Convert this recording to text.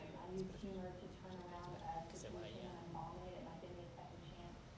i use humor to turn around a situation when i'm bombing it. it might give me a second chance.